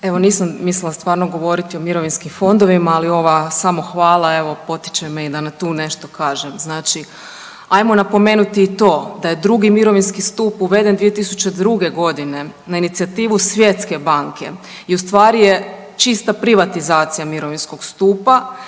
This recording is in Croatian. Evo nisam mislila stvarno govoriti o mirovinskim fondovima, ali ova samohvala evo potiče me i da tu nešto kažem. Znači ajmo napomenuti i to da je drugi mirovinski stup uveden 2002. godine na inicijativu Svjetske banke i ustvari je čista privatizacija mirovinskog stupa.